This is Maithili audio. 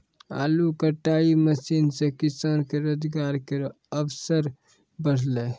आलू कटाई मसीन सें किसान के रोजगार केरो अवसर बढ़लै